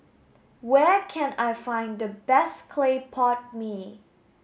where can I find the best Clay Pot Mee